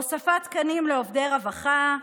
הוספת תקנים לעובדי רווחה,